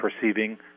perceiving